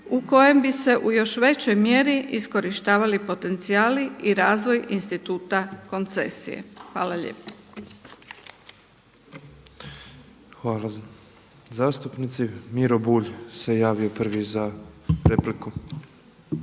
u kojem bi se u još većoj mjeri iskorištavali potencijali i razvoj instituta koncesije. Hvala lijepo. **Petrov, Božo (MOST)** Hvala zastupnici. Miro Bulj se javio prvi za repliku.